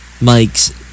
Mike's